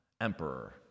emperor